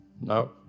No